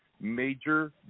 major